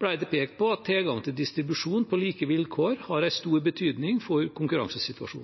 ble det pekt på at tilgang til distribusjon på like vilkår har en stor